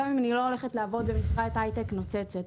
גם אם אני לא הולכת לעבוד במשרת הייטק נוצצת,